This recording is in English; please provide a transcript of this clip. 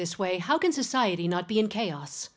this way how can society not be in chaos